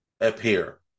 appear